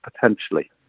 potentially